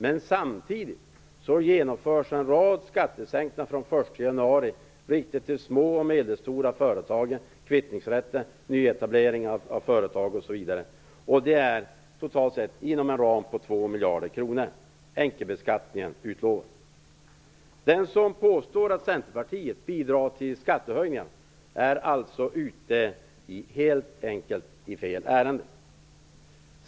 Men samtidigt genomförs en rad skattesänkningar från den 1 januari kvittningsrätten, nyetableringar av företag osv. Det är totalt sett inom en ram på 2 miljarder kronor. Enkelbeskattningen utgår. Den som påstår att Centerpartiet bidrar till skattehöjningar är alltså helt enkelt ute i fel ärende.